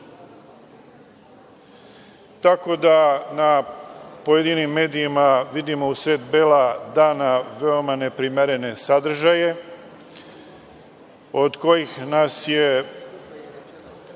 da na pojedinim medijima vidimo u sred bela dana veoma neprimerene sadržaje od kojih nas je,